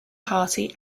party